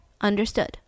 understood